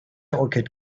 orchid